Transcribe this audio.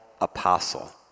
apostle